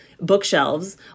bookshelves